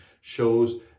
shows